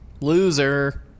loser